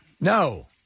No